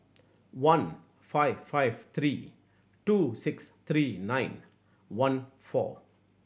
one five five three two six three nine one four